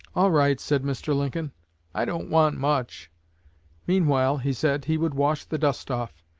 all right said mr. lincoln i don't want much meanwhile, he said, he would wash the dust off.